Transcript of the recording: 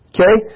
Okay